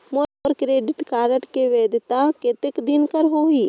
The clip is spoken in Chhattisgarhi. मोर क्रेडिट कारड के वैधता कतेक दिन कर होही?